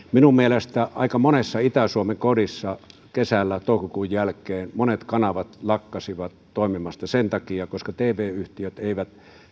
minun mielestäni aika monessa itä suomen kodissa kesällä toukokuun jälkeen monet kanavat lakkasivat toimimasta sen takia että tv yhtiöt eivät